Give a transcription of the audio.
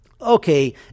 Okay